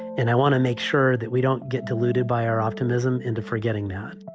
and i want to make sure that we don't get deluded by our optimism into forgetting that